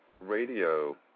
radio